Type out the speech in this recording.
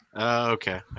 Okay